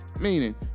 Meaning